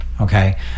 okay